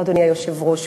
אדוני היושב-ראש,